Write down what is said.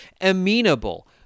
amenable